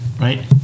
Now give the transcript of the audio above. right